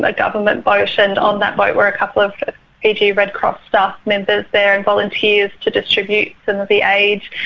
like government boat, and on that boat were a couple of but fiji red cross staff members there and volunteers to distribute some of the aid.